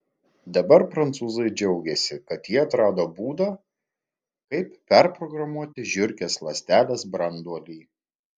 dabar prancūzai džiaugiasi kad jie atrado būdą kaip perprogramuoti žiurkės ląstelės branduolį